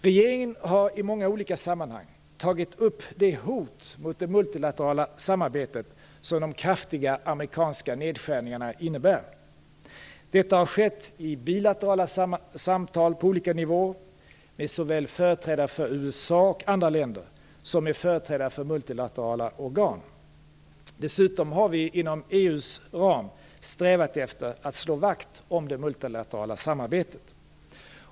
Regeringen har i många olika sammanhang tagit upp det hot mot det multilaterala samarbetet som de kraftiga amerikanska nedskärningarna innebär. Detta har skett i bilaterala samtal på olika nivåer med såväl företrädare för USA och andra länder som med företrädare för olika multilaterala organ. Dessutom har vi inom EU:s ram strävat efter att slå vakt om det multilaterala samarbetet.